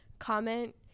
Comment